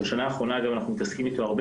אבל בשנה האחרונה אנחנו מתעסקים איתו הרבה